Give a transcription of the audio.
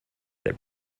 that